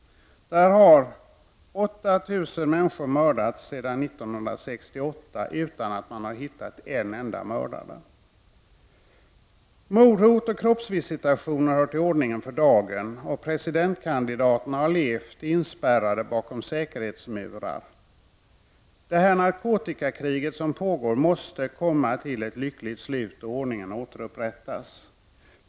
Där har 8000 människor mördats sedan 1968 utan att man har hittat en enda mördare. Mordhot och kroppsvisitationer hör till ordningen för dagen, och presidentkandidaterna har levt inspärrade bakom säkerhetsmurar. Narkotikakriget som pågår måste komma till ett lyckligt slut och ordningen återupprättas.